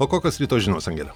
o kokios ryto žinos angele